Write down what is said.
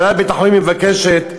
הנהלת בית-החולים מבקשת,